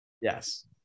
yes